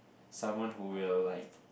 someone who will like